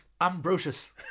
Ambrosius